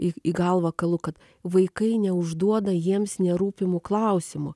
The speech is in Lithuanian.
į į galvą kalu kad vaikai neužduoda jiems nerūpimų klausimų